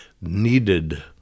needed